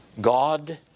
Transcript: God